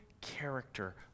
character